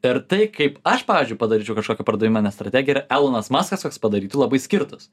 ir tai kaip aš pavyzdžiui padaryčiau kažkokią pardamenę strategiją ir elonas muskas koks padarytų labai skirtųs